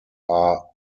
are